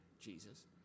Jesus